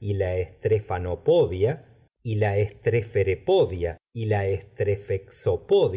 y la strefanopodia y la estreferedopia y la opo